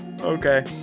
Okay